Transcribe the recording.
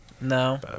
No